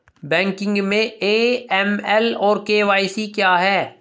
Banking में AML और KYC क्या हैं?